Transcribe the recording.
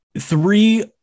Three